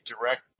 Direct